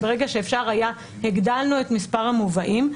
וברגע שאפשר היה הגדלנו את מספר המובאים.